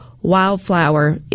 Wildflower